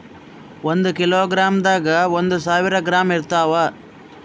ಒಂದ್ ಕಿಲೋಗ್ರಾಂದಾಗ ಒಂದು ಸಾವಿರ ಗ್ರಾಂ ಇರತಾವ